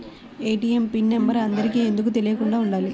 ATM pin number అందరికి ఎందుకు తెలియకుండా ఉండాలి?